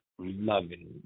loving